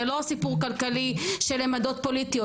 זה לא סיפור כלכלי של עמדות פוליטיות.